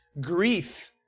grief